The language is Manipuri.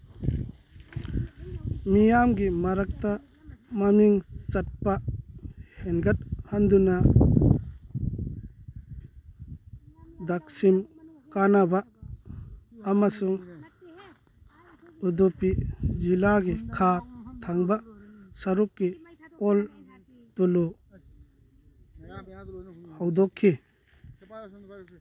ꯃꯤꯌꯥꯝꯒꯤ ꯃꯔꯛꯇ ꯃꯃꯤꯡ ꯆꯠꯄ ꯍꯦꯟꯒꯠꯍꯟꯗꯨꯅ ꯗꯛꯁꯤꯟ ꯀꯥꯟꯅꯕ ꯑꯃꯁꯨꯡ ꯎꯗꯨꯄꯤ ꯖꯤꯂꯥꯒꯤ ꯈꯥ ꯊꯪꯕ ꯁꯔꯨꯛꯀꯤ ꯑꯣꯜ ꯇꯨꯂꯨ ꯍꯧꯗꯣꯛꯈꯤ